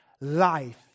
life